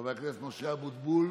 חבר הכנסת משה אבוטבול,